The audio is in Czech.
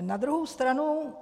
Na druhou stranu